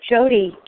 Jody